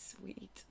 sweet